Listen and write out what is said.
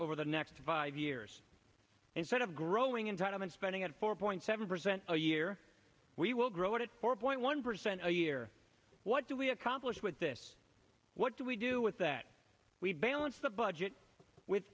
over the next five years instead of growing in time and spending at four point seven percent a year we will grow to four point one percent a year what do we accomplish with this what do we do with that we balance the budget with